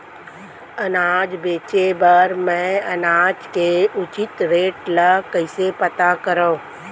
अनाज बेचे बर मैं अनाज के उचित रेट ल कइसे पता करो?